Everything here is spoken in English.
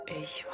ich